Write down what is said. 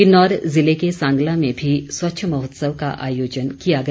किन्नौर ज़िले के सांगला में भी स्वच्छ महोत्सव का आयोजन किया गया